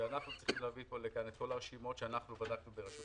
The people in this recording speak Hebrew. שאנחנו צריכים להביא לכאן את כל הרשימות שאנחנו בדקנו בראשות